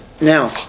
Now